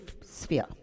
sphere